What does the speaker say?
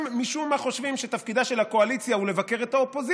משום מה אתם חושבים שתפקידה של הקואליציה הוא לבקר את האופוזיציה,